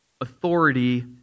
authority